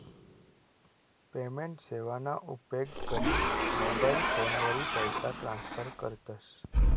payment सेवाना उपेग करी मोबाईल फोनवरी पैसा ट्रान्स्फर करतस